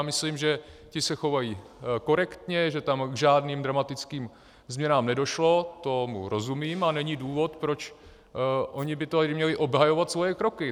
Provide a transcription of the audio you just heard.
Myslím, že ti se chovají korektně, že tam k žádným dramatickým změnám nedošlo, tomu rozumím, a není důvod, proč oni by tady měli obhajovat svoje kroky.